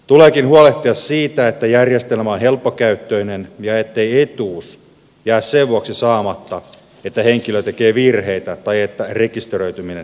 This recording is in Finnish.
tuleekin huolehtia siitä että järjestelmä on helppokäyttöinen ja ettei etuus jää sen vuoksi saamatta että henkilö tekee virheitä tai että rekisteröityminen epäonnistuu